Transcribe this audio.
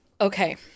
Okay